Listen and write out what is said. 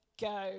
go